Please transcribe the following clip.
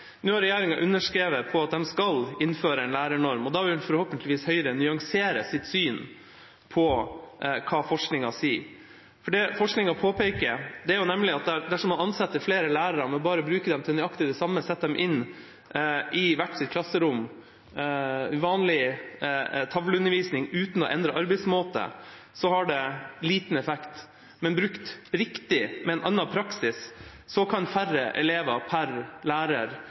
Nå har regjeringa underskrevet på at de skal innføre en lærernorm, og da vil forhåpentligvis Høyre nyansere sitt syn på hva forskningen sier. Det forskningen påpeker, er nemlig at dersom man ansetter flere lærere, men bare bruker dem til nøyaktig det samme, setter dem inn i hvert sitt klasserom i vanlig tavleundervisning uten å endre arbeidsmåte, har det liten effekt. Men brukt riktig, med en annen praksis, kan færre elever per lærer